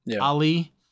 Ali